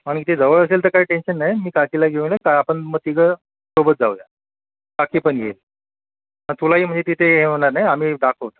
आणि इथे जवळ असेल तर काही टेंशन नाही मी काकीला घेऊन येईल आपण मग तिघं सोबत जाऊया काकी पण येईल मग तुलाही म्हणजे तिथे हे होणार नाही आम्ही दाखवू